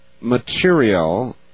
material